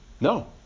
No